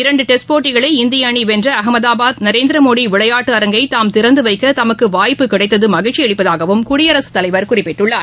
இரண்டுடெஸ்ட் போட்டிகளை இந்தியஅணிவென்றஅகமதாபாத் நரேந்திரமோடிவிளையாட்டுஅரங்கைதாம் திறந்துவைக்கதமக்குவாய்ப்பு கிடைத்ததமகிழ்ச்சிஅளிப்பதாகவும் குடியரசுத் தலைவர் குறிப்பிட்டுள்ளார்